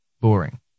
boring